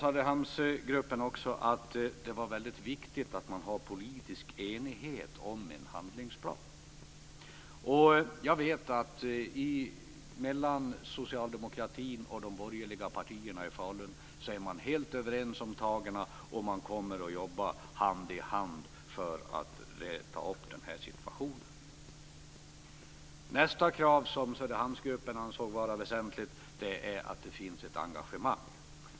Söderhamnsgruppen sade också att det var väldigt viktigt att det är en politisk enighet om en handlingsplan. Jag vet att Falun är helt överens om vilka tag man ska ta, och de kommer att jobba hand i hand för att reda ut den här situationen. Ett annat krav som Söderhamnsgruppen ansåg var väsentligt var att det finns ett engagemang.